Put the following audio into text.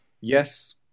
yes